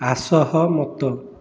ଅସହମତ